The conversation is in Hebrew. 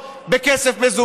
חבר הכנסת פורר.